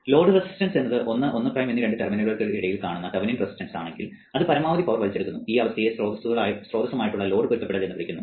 load resistance എന്നത് 1 1 prime എന്നീ രണ്ട് ടെർമിനലുകളിൽ കാണുന്ന തെവെനിൻ റെസിസ്റ്റൻസ് ആണെങ്കിൽ അത് പരമാവധി പവർ വലിച്ചെടുക്കുന്നു ഈ അവസ്ഥയെ സ്രോതസ്സുമായിട്ടുള്ള ലോഡ് പൊരുത്തപ്പെടുത്തൽ എന്ന് വിളിക്കുന്നു